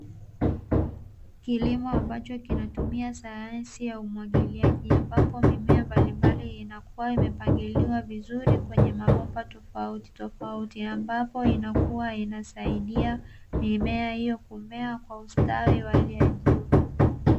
Kilimo ambacho kinatumia sayansi ya umwagiliaji, Ambapo mimea mbalimbali inakuwa imepangiliwa vizuri kwenye mabomba tofauti tofauti, Ambapo inakuwa inasaidia mimea hiyo kumea kwastawi wa hali ya juu.